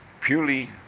purely